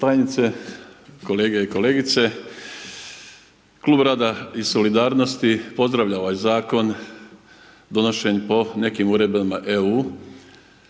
kolege i kolegice. Klub rada i solidarnosti pozdravlja ovaj zakon, donošen po nekim uredbama EU,